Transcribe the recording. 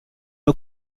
nur